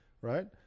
right